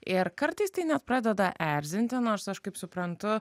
ir kartais tai net pradeda erzinti nors aš kaip suprantu